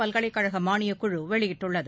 பல்கலைக்கழக மானியக்குழு வெளியிட்டுள்ளது